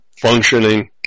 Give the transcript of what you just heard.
functioning